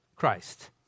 Christ